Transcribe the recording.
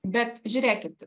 bet žiūrėkit